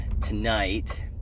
tonight